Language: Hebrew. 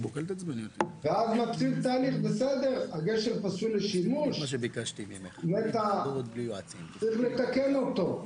ואז מתחיל תהליך הגשר פסול לשימוש וצריך לתקן אותו.